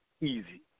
easy